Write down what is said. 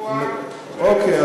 לשימוע --- אוקיי.